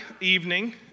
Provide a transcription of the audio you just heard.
evening